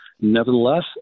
Nevertheless